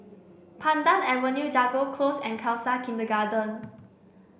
Pandan Avenue Jago Close and Khalsa Kindergarten